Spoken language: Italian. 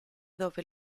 dove